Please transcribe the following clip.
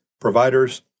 providers